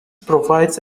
provides